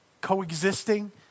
coexisting